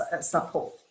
support